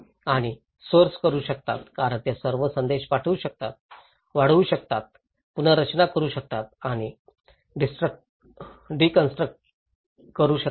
आणि सोर्स करू शकतात कारण ते सर्व संदेश वाढवू शकतात वाढवू शकतात पुनर्रचना करू शकतात आणि डिसकंस्ट्रक्ट करू शकतात